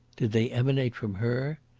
did they emanate from her?